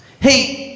Hey